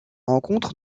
rencontre